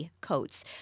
Coats